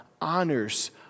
honors